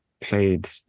played